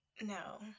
no